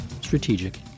strategic